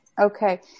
Okay